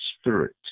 Spirit